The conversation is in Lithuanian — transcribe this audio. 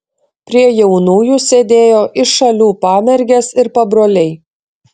prie jaunųjų sėdėjo iš šalių pamergės ir pabroliai